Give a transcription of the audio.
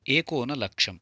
एकोनलक्षं